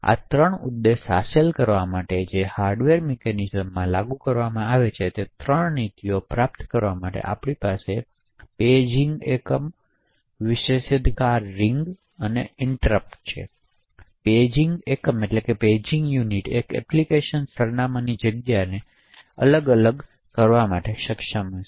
તેથી આ ત્રણ ઉદ્દેશો હાંસલ કરવા માટે જેથી હાર્ડવેર મિકેનિઝમ્સમાં જે લાગુ કરવામાં આવે છે તે આ ત્રણ નીતિઓ પ્રાપ્ત કરવા માટે આપણી પાસે પેજીંગ એકમો વિશેષાધિકાર રિંગ્સ અને ઈંટરપટ છે તેથી પેજિંગ એકમ એક એપ્લિકેશન સરનામાંની જગ્યાને અલગ કરવા માટે સક્ષમ હશે